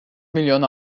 milyon